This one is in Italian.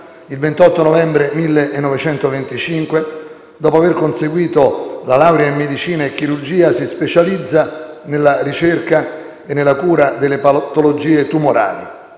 il 28 novembre 1925, dopo aver conseguito la laurea in medicina e chirurgia, si specializza nella ricerca e nella cura delle patologie tumorali: